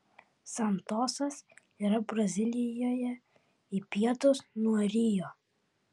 santosas yra brazilijoje į pietus nuo rio